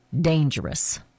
dangerous